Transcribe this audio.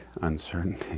uncertainty